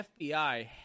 FBI